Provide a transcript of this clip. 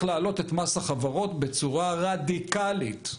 להעלות את מס החברות בצורה רדיקלית,